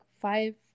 five